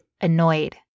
annoyed